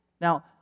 Now